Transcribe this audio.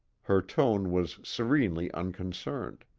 her tone was serenely unconcerned.